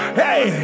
hey